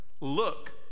Look